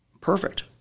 Perfect